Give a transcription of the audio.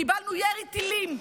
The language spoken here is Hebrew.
קיבלנו ירי טילים,